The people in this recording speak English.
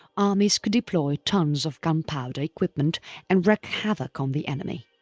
armies could deploy tons of gunpowder equipment and wreak havoc on the enemy.